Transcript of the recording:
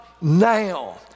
now